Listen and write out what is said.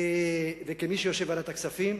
כמי שיושב בוועדת הכספים,